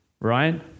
right